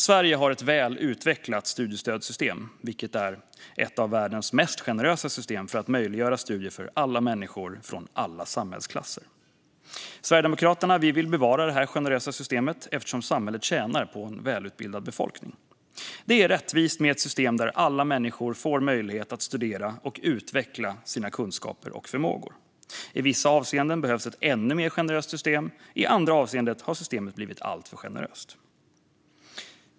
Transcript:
Sverige har ett väl utvecklat studiestödssystem, vilket är ett av världens mest generösa system för att möjliggöra studier för alla människor från alla samhällsklasser. Sverigedemokraterna vill bevara det här generösa systemet, eftersom samhället tjänar på en välutbildad befolkning. Det är rättvist med ett system där alla människor får möjlighet att studera och utveckla sina kunskaper och förmågor. I vissa avseenden behövs ett ännu mer generöst system, i andra avseenden har systemet blivit alltför generöst.